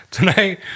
Tonight